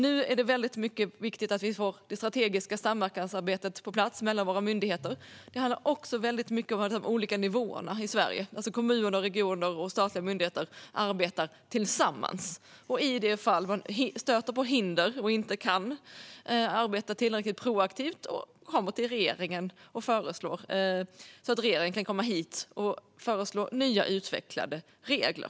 Nu är det viktigt att vi får det strategiska samverkansarbetet på plats mellan våra myndigheter. Det handlar också mycket om de olika nivåerna i Sverige, det vill säga att kommuner, regioner och statliga myndigheter arbetar tillsammans. I de fall man stöter på hinder och inte kan arbeta tillräckligt proaktivt kan regeringen vända sig till riksdagen och föreslå nya, utvecklade regler.